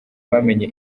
bamenye